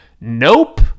nope